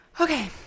okay